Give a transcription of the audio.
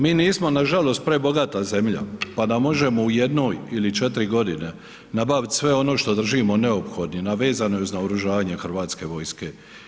Mi nismo nažalost prebogata zemlja pa da možemo u jednoj ili 4 godine nabaviti sve ono što držimo neophodnim a vezano je uz naoružanje Hrvatske vojske.